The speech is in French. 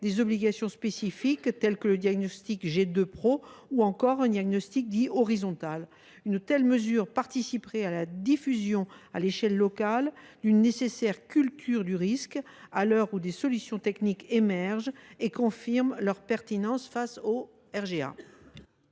des obligations spécifiques telles que la réalisation d’un diagnostic G2 Pro ou encore d’un diagnostic horizontal. Une telle mesure participerait à la diffusion à l’échelle locale d’une nécessaire culture du risque, à l’heure où des solutions techniques émergent et confirment leur pertinence face au RGA.